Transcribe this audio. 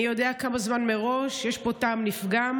אני יודע כמה זמן, מראש יש פה טעם לפגם,